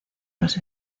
los